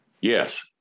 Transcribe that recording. yes